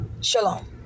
Shalom